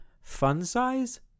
fun-size